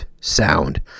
sound